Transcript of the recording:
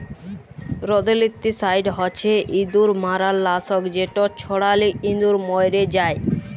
rodenticide হছে ইঁদুর মারার লাসক যেট ছড়ালে ইঁদুর মইরে যায়